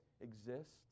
exists